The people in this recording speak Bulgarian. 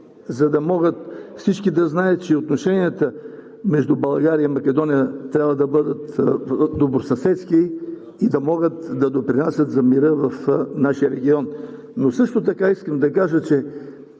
за да могат всички да знаят, че отношенията между България и Македония трябва да бъдат добросъседски и да могат да допринасят за мира. Но също така искам да кажа,